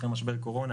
אחרי משבר קורונה,